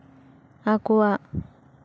ᱟᱠᱚᱣᱟᱜ